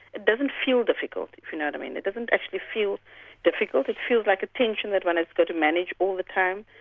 it doesn't feel difficult, if you know what i mean, it doesn't actually feel difficult, it feels like a tension that one has got to manage all the time,